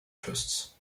twists